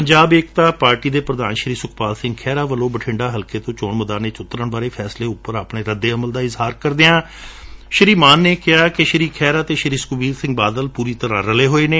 Punjab Ekta party ਦੇ ਪ੍ਧਾਨ ਸੁਖਪਾਲ ਸਿੰਘ ਖਹਿਰਾ ਵੱਲੋਂ ਬਠਿੰਡਾ ਹਲਕੇ ਤੋਂ ਚੋਣ ਮੈਦਾਨ ਵਿਚ ਉਤਰਾਨ ਬਾਰੇ ਫੈਸਲੇ ਉਪਰ ਆਪਣੇ ਰੱਦੇ ਅਮਲ ਦਾ ਇਜ਼ਹਾਰ ਕਰਦਿਆਂ ਭਗਵੰਤ ਮਾਨ ਨੇ ਕਿਹਾ ਕਿ ਸ੍ਰੀ ਖਹਿਰਾ ਅਤੇ ਸੁਖਬੀਰ ਸਿੰਘ ਬਾਦਲ ਆਪਦ ਵਿਚ ਰਲੇ ਹੋਏ ਨੇ